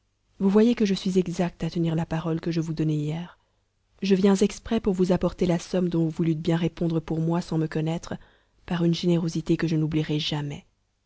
vous voyez que je suis exacte à tenir la parole que je vous donnai hier je viens exprès pour vous apporter la somme dont vous voulûtes bien répondre pour moi sans me connaître par une générosité que je n'oublierai jamais